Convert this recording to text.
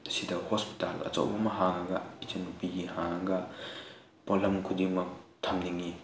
ꯁꯤꯗ ꯍꯣꯁꯄꯤꯇꯥꯜ ꯑꯆꯧꯕ ꯑꯃ ꯍꯥꯡꯉꯒ ꯏꯆꯟ ꯅꯨꯄꯤꯒꯤ ꯍꯥꯡꯉꯒ ꯄꯣꯠꯂꯝ ꯈꯨꯗꯤꯡꯃꯛ ꯊꯝꯅꯤꯡꯉꯤ